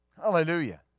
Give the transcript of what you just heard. Hallelujah